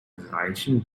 reichen